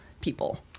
people